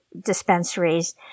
dispensaries